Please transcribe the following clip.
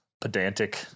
pedantic